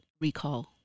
recall